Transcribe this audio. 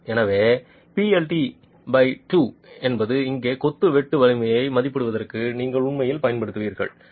எனவே plt2 என்பது இங்கே கொத்து வெட்டு வலிமையை மதிப்பிடுவதற்கு நீங்கள் உண்மையில் பயன்படுத்துவீர்கள்